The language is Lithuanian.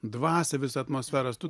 dvasią visą atmosferos tu